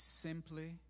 simply